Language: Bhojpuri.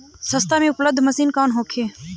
सस्ता में उपलब्ध मशीन कौन होखे?